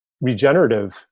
regenerative